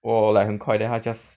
我 like 很快 then 他 just